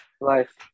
life